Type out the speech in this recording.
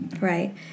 right